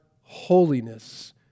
holiness